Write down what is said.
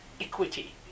equity